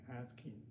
asking